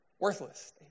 Worthless